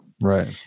Right